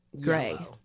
gray